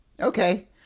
Okay